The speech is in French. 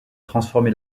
transformé